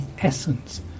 essence